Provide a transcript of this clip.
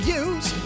use